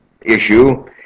issue